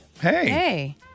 Hey